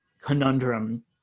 conundrum